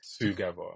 together